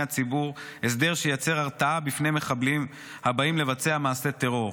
הציבור הסדר שייצר הרתעה בפני מחבלים הבאים לבצע מעשה טרור.